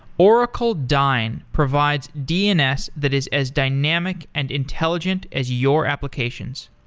oracle dyn provides dns that is as dynamic and intelligent as your applications.